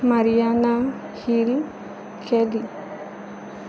मरयाना heal केली